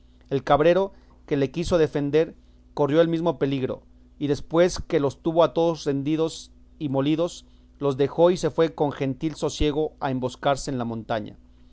el cabrero que le quiso defender corrió el mesmo peligro y después que los tuvo a todos rendidos y molidos los dejó y se fue con gentil sosiego a emboscarse en la montaña